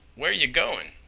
where yeh goin'?